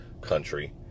country